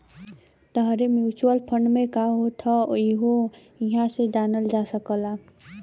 तोहरे mutual fund में का होत हौ यहु इहां से जानल जा सकला